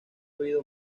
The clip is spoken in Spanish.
oído